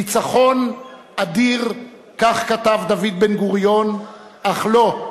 "ניצחון אדיר", כך כתב דוד בן-גוריון, "אך לא,